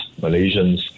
Malaysians